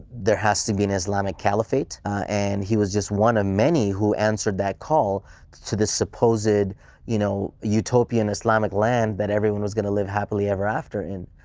there has to be an islamic caliphate and he was just one of many who answered that call to the supposed you know, utopian islamic land that everyone was going to live happily ever after in.